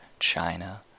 China